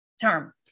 term